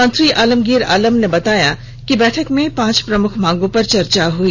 मंत्री आलमगीर आलम ने बताया कि बैठक में पांच प्रमुख मांगों पर चर्चा हई